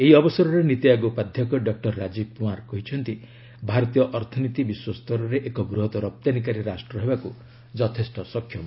ଏହି ଅବସରରେ ନୀତି ଆୟୋଗ ଉପାଧ୍ୟକ୍ଷ ଡକ୍କର ରାଜୀବ କୁମାର କହିଛନ୍ତି ଭାରତୀୟ ଅର୍ଥନୀତି ବିଶ୍ୱସ୍ତରରେ ଏକ ବୃହତ ରପ୍ତାନୀକାରୀ ରାଷ୍ଟ୍ର ହେବାକୁ ଯଥେଷ୍ଟ ସକ୍ଷମ